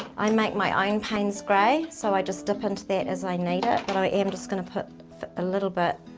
i make my own paynes grey, so i just dip into that as i need it, but i am just gonna put a little bit